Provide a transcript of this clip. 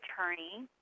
attorney